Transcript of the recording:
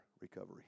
recovery